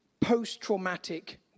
post-traumatic